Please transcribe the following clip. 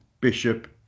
Bishop